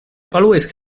always